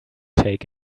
take